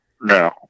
No